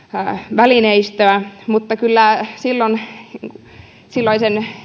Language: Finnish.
välineistöä mutta kyllä silloisen